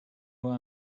who